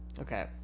Okay